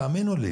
תאמינו לי